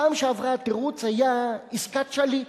בפעם שעברה התירוץ היה עסקת שליט.